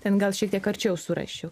ten gal šiek tiek arčiau surasčiau